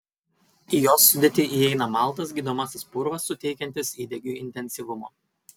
į jos sudėtį įeina maltas gydomasis purvas suteikiantis įdegiui intensyvumo